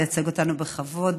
תייצג אותנו בכבוד,